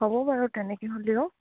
হ'ব বাৰু তেনেকৈ হ'লেও